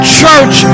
church